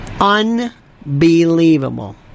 Unbelievable